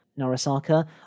Narasaka